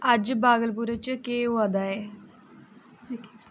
अज्ज बाघलपुर च केह् होआ दा ऐ